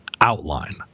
outline